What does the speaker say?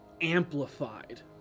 amplified